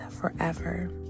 forever